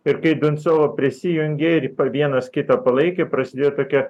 ir binsova prisijungė ir vienas kitą palaikė prasidėjo tokia